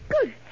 Good